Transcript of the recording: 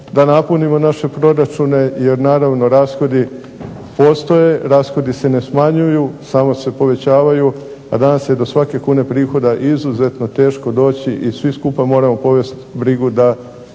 da napunimo naše proračune, jer naravno rashodi postoje, rashodi se ne smanjuju, samo se povećavaju, a danas je do svake kune prihoda izuzetno teško doći i svi skupa moramo povesti brigu da